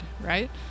right